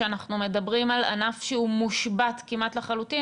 שאנחנו מדברים על ענף שהוא מושבת כמעט לחלוטין.